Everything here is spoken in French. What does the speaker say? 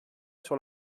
sur